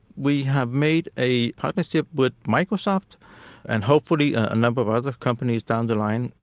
we have made a partnership with microsoft and hopefully a a number of other companies down the line.